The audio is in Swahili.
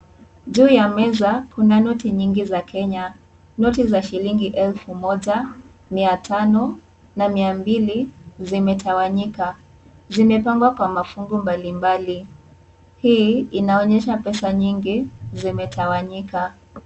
Juu ya meza Kuna noti nyingi za Kenya. Noti za shilingi elfu moja, mia tano na mia mbili zimetawanyika. Zimepangwa kwa mafungu mbali mbali. Hii inaonyesha pesa nyingi zimetawanyika.